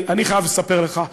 אני חייב לספר לך,